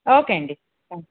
okay అండి